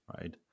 right